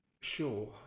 Sure